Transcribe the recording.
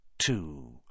two